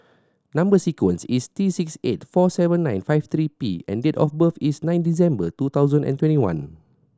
number sequence is T six eight four seven nine five three P and date of birth is nine December two thousand and twenty one